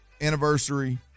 anniversary